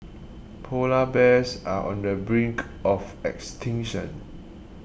Polar Bears are on the brink of extinction